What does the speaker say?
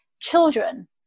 children